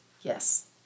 Yes